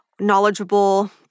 knowledgeable